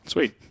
Sweet